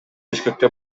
бишкекте